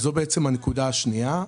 זו הנקודה השנייה.